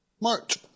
March